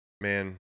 man